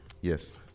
Yes